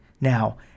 now